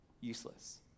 Useless